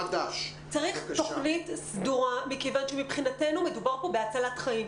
צריך תכנית סדורה מכיוון שמבחינתנו מדובר פה בהצלת חיים.